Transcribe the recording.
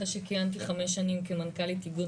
אחרי שכיהנתי 5 שנים כמנכ"לית איגוד